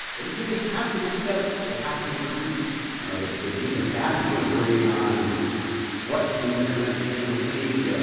they really have to get together. they have to make agreements ah the the teams have to agree on what teams are going to be in the league, ah